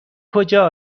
کجا